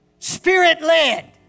Spirit-led